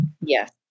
Yes